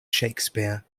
shakespeare